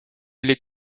les